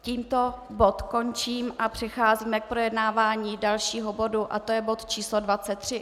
Tímto bod končím a přecházíme k projednávání dalšího bodu a to je bod č. 23.